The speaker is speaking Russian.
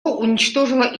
уничтожило